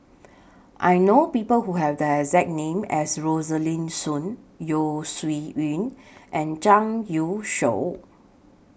I know People Who Have The exact name as Rosaline Soon Yeo Shih Yun and Zhang Youshuo